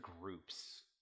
groups